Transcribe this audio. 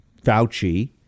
fauci